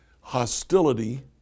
hostility